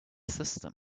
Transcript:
system